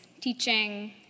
teaching